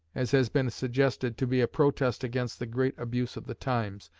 as has been suggested, to be a protest against the great abuse of the times,